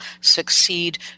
succeed